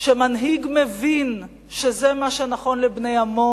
שמנהיג מבין שזה מה שנכון לבני עמו,